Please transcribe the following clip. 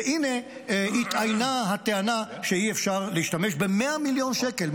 והינה התאיינה הטענה שאי-אפשר להשתמש ב-100 מיליון שקל.